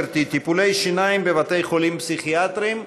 גברתי: טיפולי שיניים בבתי חולים פסיכיאטריים.